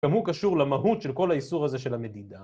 גם הוא קשור למהות של כל האיסור הזה של המדידה.